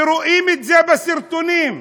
ורואים את זה בסרטונים,